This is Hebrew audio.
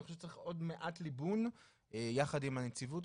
צריך עוד מעט ליבון יחד גם עם הנציבות,